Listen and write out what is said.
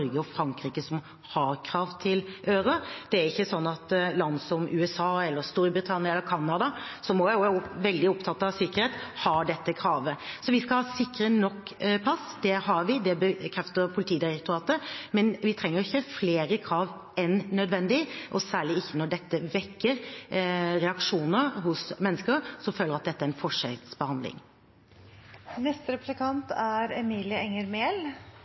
og Frankrike som har krav til synlige ører. Land som USA, r Storbritannia og Canada, som også er veldig opptatt av sikkerhet, har ikke dette kravet. Vi skal ha sikre pass. Det har vi, det bekrefter Politidirektoratet. Men vi trenger ikke flere krav enn nødvendig, og særlig ikke når dette vekker reaksjoner hos mennesker, som føler at dette er en forskjellsbehandling. Sentraliseringen av politiet har ført til at brannvesenet oftere og oftere er